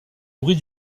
bruit